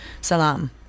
Salam